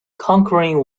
conquering